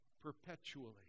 perpetually